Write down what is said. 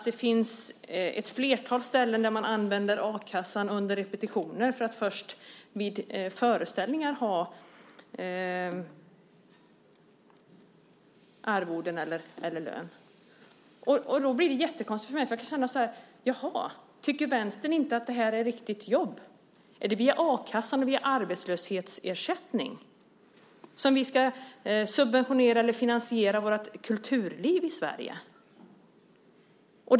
Det finns ett flertal ställen där man använder a-kassan under repetitioner för att först vid föreställningar ha arvoden eller lön. Det blir jättekonstigt för mig. Jag känner så här: Tycker Vänstern inte att det här är riktiga jobb? Är det via a-kassan och via arbetslöshetsersättningen som vi ska subventionera eller finansiera vårt kulturliv i Sverige?